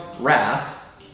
Wrath